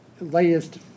latest